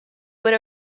would